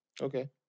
Okay